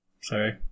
Sorry